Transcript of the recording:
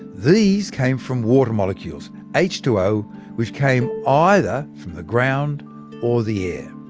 these came from water molecules h two o which came either from the ground or the air.